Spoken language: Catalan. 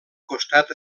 costat